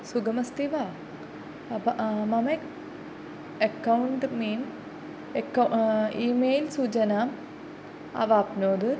सुखमस्ति वा प ममेकं एकौण्ट् मे एकं ई मेल् सूचनाम् आवाप्नोत्